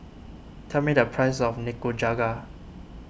tell me the price of Nikujaga